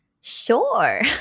Sure